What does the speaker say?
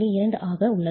2 ஆக உள்ளது